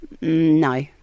No